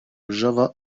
java